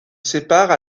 séparent